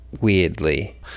weirdly